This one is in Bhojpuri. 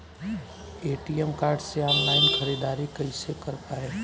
ए.टी.एम कार्ड से ऑनलाइन ख़रीदारी कइसे कर पाएम?